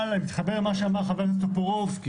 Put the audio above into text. אבל אני מתחבר למה שאמר חבר הכנסת טופורובסקי,